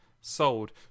sold